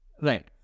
Right